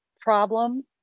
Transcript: problem